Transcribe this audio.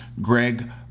Greg